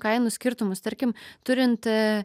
kainų skirtumus tarkim turint